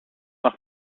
nach